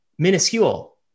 Minuscule